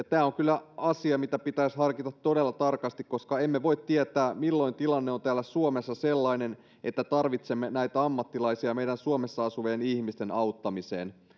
tämä on kyllä asia mitä pitäisi harkita todella tarkasti koska emme voi tietää milloin tilanne on täällä suomessa sellainen että tarvitsemme näitä ammattilaisia meidän suomessa asuvien ihmisten auttamiseen